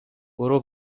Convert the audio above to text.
برو